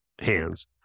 hands